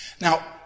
Now